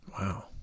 Wow